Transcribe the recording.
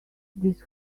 this